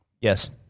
Yes